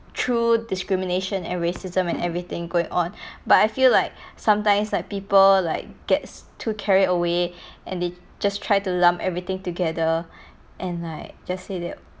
true discrimination and racism and everything going on but I feel like sometimes like people like gets too carried away and they just try to lump everything together and like just say that